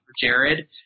Jared